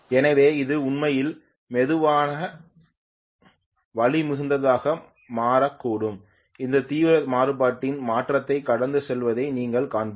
எனவே இது உண்மையில் மெதுவாக வலிமிகுந்ததாக மாறக்கூடும் இது தீவிரத்தின் மாறுபாட்டின் மாற்றத்தைக் கடந்து செல்வதை நீங்கள் காண்பீர்கள்